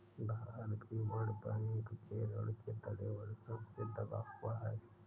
भारत भी World Bank के ऋण के तले वर्षों से दबा हुआ है